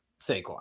Saquon